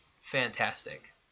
fantastic